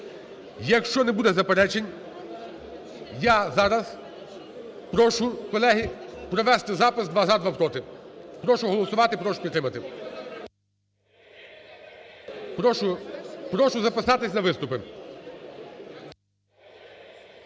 Якщо не буде заперечень, я зараз прошу, колеги, провести запис: два – за, два – проти. Прошу голосувати, прошу підтримати. Прошу записатись на виступи.